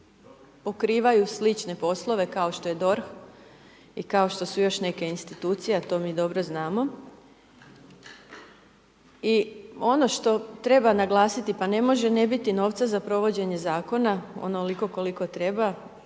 pokrivaju slične poslove kao što je DORH i kao što su još neke institucije, a to mi dobro znamo. I ono što treba naglasiti, pa ne može ne biti novca za provođenje zakona onoliko koliko treba,